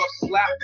slap